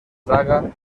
saga